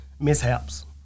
mishaps